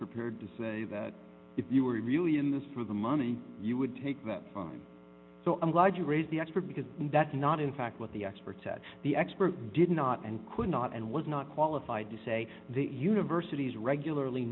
prepared to say that if you were really in this for the money you would take that time so i'm glad you raised the expert because that's not in fact what the experts at the expert did not and could not and was not qualified to say that universities regularly